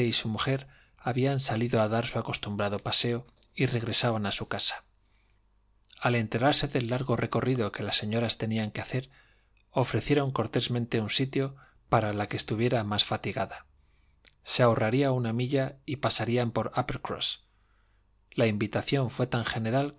su mujer habían salido a dar su acostumbrado paseo y regresaban a su casa al enterarse del largo recorrido que las señoras tenían que hacer ofrecieron cortésmente un sitio para la que estuviera más fatigada se ahorraría una milla y pasarían por uppercross la invitación fué tan general